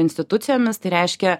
institucijomis tai reiškia